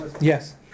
Yes